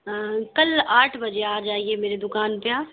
آں کل آٹھ بجے آجائیے میری دوکان پہ آپ